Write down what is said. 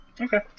Okay